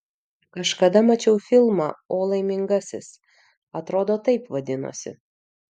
kažkada mačiau filmą o laimingasis atrodo taip vadinosi